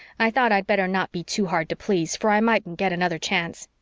i thought i'd better not be too hard to please, for i mightn't get another chance.